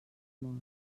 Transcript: mor